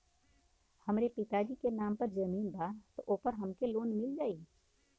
हमरे पिता जी के नाम पर जमीन बा त ओपर हमके लोन मिल जाई?